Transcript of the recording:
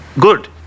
good